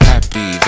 Happy